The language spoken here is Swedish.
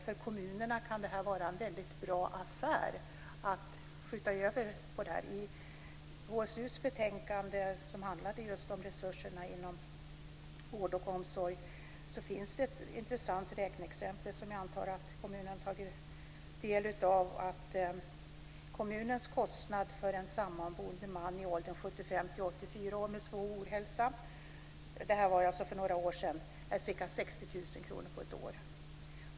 För kommunerna kan det naturligtvis också vara en bra affär att skjuta över detta på de anhöriga. I HSU:s betänkande om resurserna inom vård och omsorg finns ett intressant räknexempel som jag antar att kommunerna tagit del av: Kommunens kostnad för en sammanboende man i åldern 75-84 år med svår ohälsa är - det här var för några år sedan - ca 60 000 kr per år.